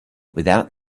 without